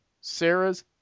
Sarah's